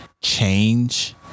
change